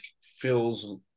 feels